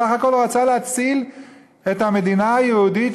סך הכול הוא רצה להציל את המדינה היהודית,